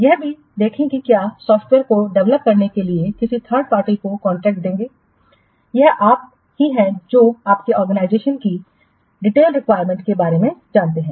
यह भी देखें कि क्या आप सॉफ्टवेयर को डेवलप करने के लिए किसी थर्ड पार्टी को कॉन्ट्रैक्ट देंगे यह आप ही हैं जो आपके ऑर्गेनाइजेशन की विस्तृत रिक्वायरमेंट्स के बारे में जानते हैं